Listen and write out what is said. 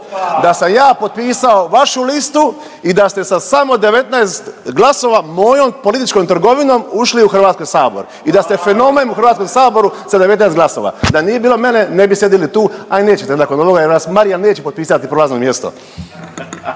Da sam ja potpisao vašu listu i da ste sa samo 19 glasova mojom političkom trgovinom ušli u HS i da ste fenomen u HS-u sa 19 glasova. Da nije bilo mene, ne bi sjedili tu, a i nećete nakon ovoga jer vas Marijan neće potpisati prolazno mjesto.